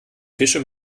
fische